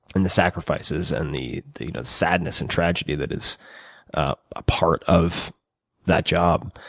and the sacrifices and the the you know sadness and tragedy that is a part of that job.